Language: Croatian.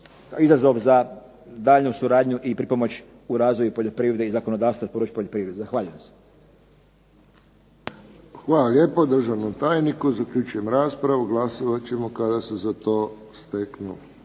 izazov za daljnju suradnju i pripomoć u razvoju poljoprivrede i zakonodavstva u području poljoprivrede. Zahvaljujem se. **Friščić, Josip (HSS)** Hvala lijepo državnom tajniku. Zaključujem raspravu. Glasovat ćemo kada se za to steknu